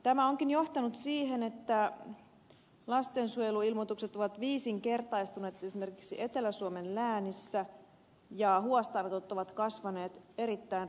tämä onkin johtanut siihen että lastensuojeluilmoitukset ovat viisinkertaistuneet esimerkiksi etelä suomen läänissä ja huostaanotot ovat kasvaneet erittäin rajusti